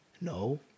No